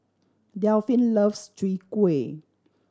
Delphin loves Chwee Kueh